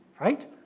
right